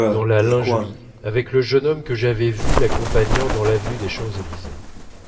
dans la lingerie avec le jeune homme que j'avais vu l'accompagnant dans l'avenue des champs-élysées